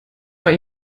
weil